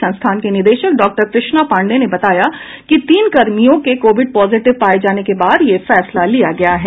संस्थान के निदेशक डॉक्टर कृष्णा पांडेय ने बताया कि तीन कर्मियों के कोविड पॉजिटिव पाये जाने के बाद यह फैसला लिया गया है